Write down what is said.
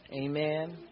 amen